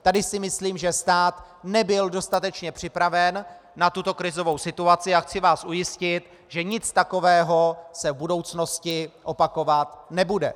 Tady si myslím, že stát nebyl dostatečně připraven na tuto krizovou situaci, a chci vás ujistit, že nic takového se v budoucnosti opakovat nebude.